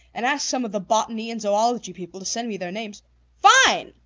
and ask some of the botany and zoology people to send me their names fine!